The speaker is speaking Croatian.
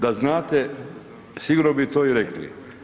Da znate sigurno bi to i rekli.